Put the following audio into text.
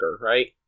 right